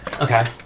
Okay